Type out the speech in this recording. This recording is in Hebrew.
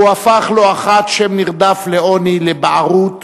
והוא הפך לא אחת שם נרדף לעוני, לבערות,